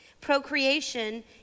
Procreation